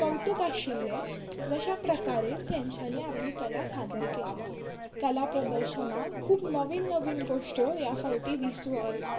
कौतूक आशिल्लें जशा प्रकारेन तेंच्यानी आपली कला सादर केल्ली कला प्रदर्शनांक खूब नवीन नवीन गोश्ट्यो ह्या फावटी दिसून आयल्यो